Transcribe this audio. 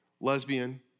lesbian